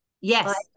yes